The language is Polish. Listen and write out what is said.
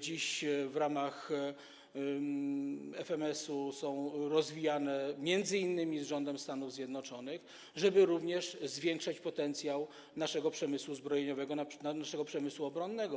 dziś w ramach FMS-u są podpisywane, m.in. z rządem Stanów Zjednoczonych - zwiększać potencjał naszego przemysłu zbrojeniowego, naszego przemysłu obronnego.